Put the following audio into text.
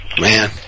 Man